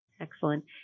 Excellent